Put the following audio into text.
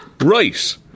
Right